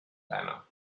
banner